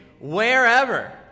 wherever